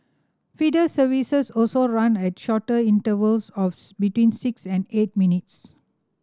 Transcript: feeder services also run at shorter intervals of between six and eight minutes